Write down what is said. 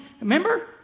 remember